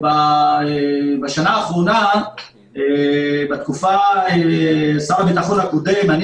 בשנה האחרונה בתקופת שר הביטחון הקודם אני